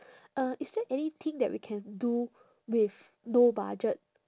uh is there anything that we can do with no budget